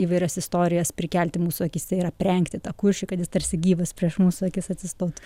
įvairias istorijas prikelti mūsų akyse ir aprengti tą kuršį kad jis tarsi gyvas prieš mūsų akis atsistotų